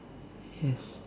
yes